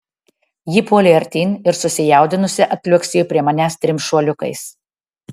ji puolė artyn ir susijaudinusi atliuoksėjo prie manęs trim šuoliukais